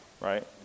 right